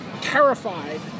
terrified